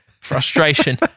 frustration